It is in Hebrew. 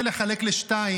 לסדר-היום,